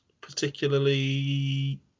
particularly